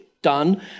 done